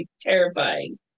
terrifying